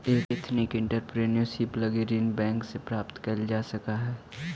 ethnic entrepreneurship लगी ऋण bank से प्राप्त कैल जा सकऽ हई